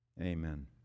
Amen